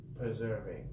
preserving